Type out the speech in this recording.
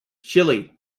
chilly